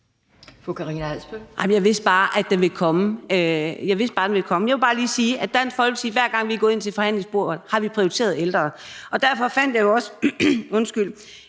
Jeg vidste bare, at den ville komme. Men jeg vil bare lige sige, at hver gang Dansk Folkeparti er gået ind til forhandlingsbordet, har vi prioriteret de ældre. Derfor fandt jeg også et